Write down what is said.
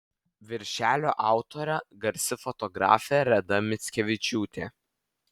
viršelio autorė garsi fotografė reda mickevičiūtė